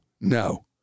no